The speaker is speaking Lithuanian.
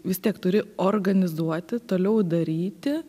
vis tiek turi organizuoti toliau daryti